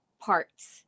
parts